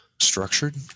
structured